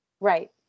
Right